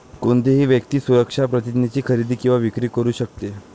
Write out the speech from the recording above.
कोणतीही व्यक्ती सुरक्षा प्रतिज्ञेची खरेदी किंवा विक्री करू शकते